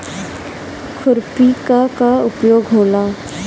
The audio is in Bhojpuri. खुरपी का का उपयोग होला?